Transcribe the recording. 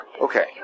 Okay